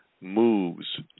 moves